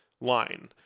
line